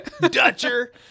dutcher